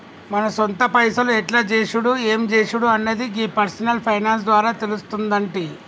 మన సొంత పైసలు ఎట్ల చేసుడు ఎం జేసుడు అన్నది గీ పర్సనల్ ఫైనాన్స్ ద్వారా తెలుస్తుందంటి